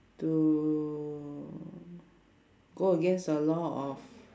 to go against the law of